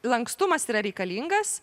lankstumas yra reikalingas